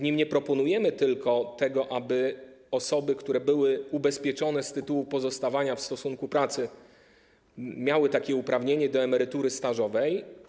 Nie proponujemy w nim tylko tego, aby osoby, które były ubezpieczone z tytułu pozostawania w stosunku pracy, miały uprawnienie do emerytury stażowej.